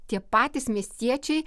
tie patys miestiečiai